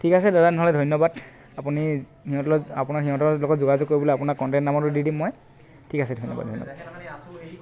ঠিক আছে দাদা নহ'লে ধন্যবাদ আপুনি সিহঁতৰ লগত আপোনাৰ সিহঁতৰ লগত যোগযোগ কৰিবলে আপোনাক কণ্টেক্ট নাম্বাৰটো দি দিম মই ঠিক আছে ধন্যবাদ ধন্যবাদ